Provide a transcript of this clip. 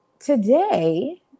Today